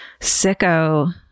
sicko